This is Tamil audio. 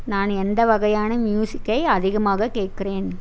நான் எந்த வகையான மியூசிக்கை அதிகமாக கேட்குறேன்